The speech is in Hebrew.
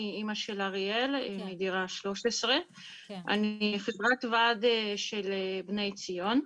אני אימא של אריאל מדירה 13 ואני חברת ועד של בני ציון.